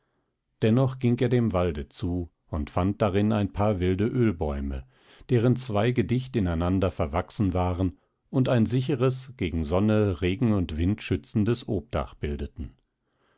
dennoch ging er dem walde zu und fand darin ein paar wilde ölbäume deren zweige dicht ineinander verwachsen waren und ein sicheres gegen sonne regen und wind schützendes obdach bildeten